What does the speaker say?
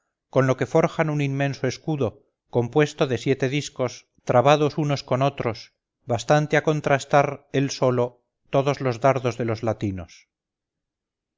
con lo que forjan un inmenso escudo compuesto de siete discos trabados unos con otros bastante a contrastar él solo todos los dardos de los latinos